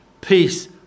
peace